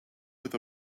with